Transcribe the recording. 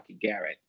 Garrett